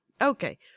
Okay